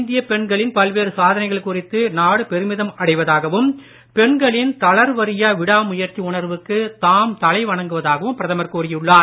இந்தியப் பெண்களின் பல்வேறு சாதனைகள் குறித்து நாடு பெருமிதம் அடைவதாகவும் பெண்களின் தளர்வறியா விடாமுயற்சி தாம் தலை வணங்குவதாகவும் பிரதமர் கூறியுள்ளார்